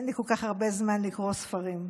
אין לי כל כך הרבה זמן לקרוא ספרים.